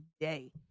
day